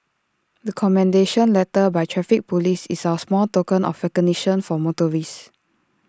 the commendation letter by traffic Police is our small token of recognition for motorists